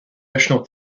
national